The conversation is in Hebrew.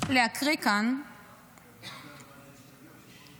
להקריא כאן